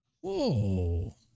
Whoa